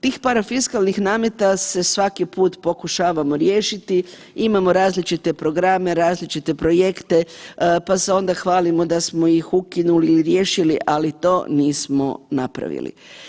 Tih parafiskalnih nameta se svaki put pokušavamo riješiti, imamo različite programe, različite projekte, pa se onda hvalimo da smo ih ukinuli ili riješili, ali to nismo napravili.